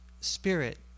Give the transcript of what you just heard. spirit